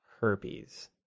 herpes